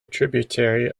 tributary